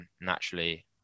naturally